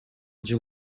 жыл